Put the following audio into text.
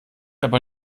aber